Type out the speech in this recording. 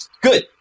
good